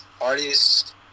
artists